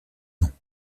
ans